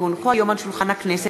כי הונחו היום על שולחן הכנסת,